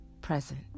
present